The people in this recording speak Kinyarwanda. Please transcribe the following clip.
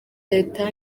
leta